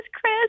Chris